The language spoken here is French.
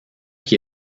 qui